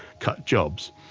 cut jobs.